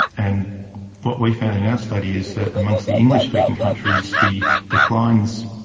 and what we found in our study is that amongst the english-speaking countries the declines,